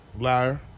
Liar